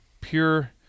pure